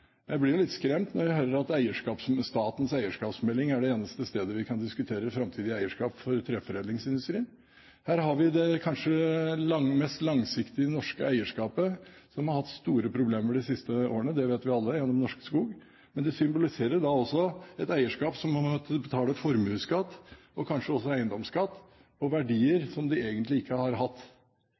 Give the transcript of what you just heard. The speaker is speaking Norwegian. Jeg blir litt skremt når jeg hører at statens eierskapsmelding er det eneste stedet vi kan diskutere framtidig eierskap for treforedlingsindustrien. Her har vi kanskje det mest langsiktige norske private eierskapet som har hatt store problemer de siste årene. Det vet vi alle gjennom Norske Skog. Men det symboliserer da også et eierskap som må betale formuesskatt og kanskje også eiendomsskatt på verdier som de egentlig ikke har hatt.